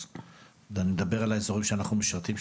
אני מדבר על האזורים שאנחנו משרתים.